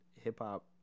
hip-hop